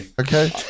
okay